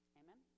amen